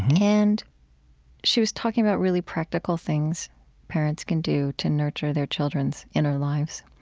and she was talking about really practical things parents can do to nurture their children's inner lives.